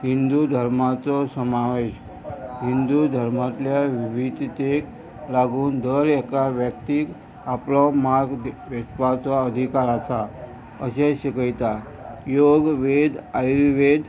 हिंदू धर्माचो समेश हिंदू धर्मांतल्या विविधतेक लागून दर एका व्यक्तीक आपलो मार्ग वेतपाचो अधिकार आसा अशें शिकयता योग वेद आयुर्वेद